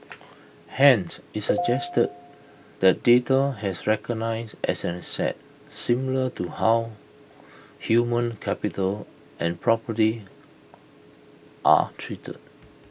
hence IT suggested that data has recognised as an asset similar to how human capital and property are treated